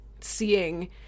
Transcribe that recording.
seeing